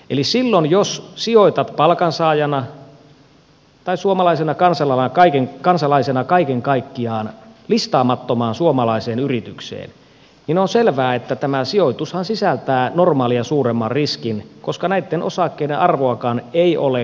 eli silloin jos sijoitat palkansaajana tai suomalaisena kansalaisena kaiken kaikkiaan listaamattomaan suomalaiseen yritykseen niin on selvää että tämä sijoitushan sisältää normaalia suuremman riskin koska näiden osakkeiden arvoakaan ei ole noteerattu arvopaperipörssissä